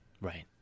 Right